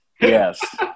Yes